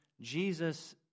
Jesus